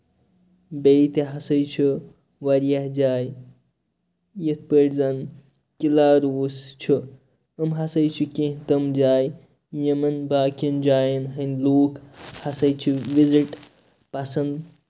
بیٚیہِ تہِ ہسا چھُ واریاہ جایہِ یِتھ پٲٹھۍ زَن کِناروُس چھُ یِم ہسا چھِ کیٚنٛہہ تِم جایہِ یِمن باقین جاین ۂنٛدۍ لُکھ ہسا چھِ وِزِٹ پَسنٛد